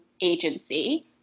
agency